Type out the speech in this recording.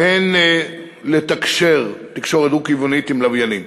והן לתקשר תקשורת דו-כיוונית עם לוויינים.